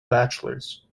bachelors